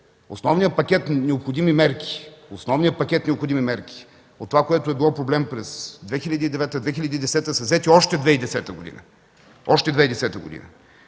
основният пакет необходими мерки от това, което е било проблем през 2009 и 2010 г., са взети още 2010 г.